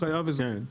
חייב הסגר.